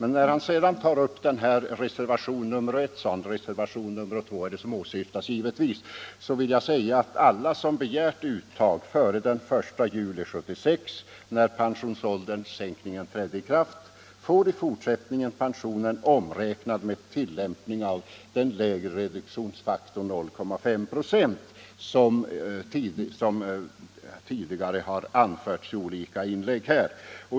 När herr Gustavsson sedan tar upp reservationen 2, vill jag säga att alla som begärt uttag före den 1 juli 1976, när sänkningen av pensionsåldern träder i kraft, i fortsättningen får pensionen omräknad med tilllämpning av den lägre reduktionsfaktorn 0,5 96 — vilket tidigare har anförts i olika inlägg.